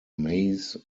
maize